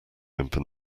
opened